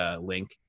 link